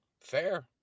Fair